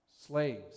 Slaves